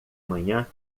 manhã